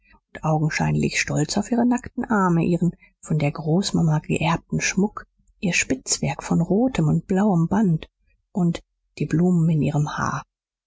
augenscheinlich stolz auf ihre nackten arme ihren von der großmama geerbten schmuck ihr spitzwerk von rotem und blauem band und die blumen in ihrem haar